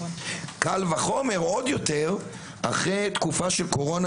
קל וחומר עוד יותר אחרי תקופה של קורונה,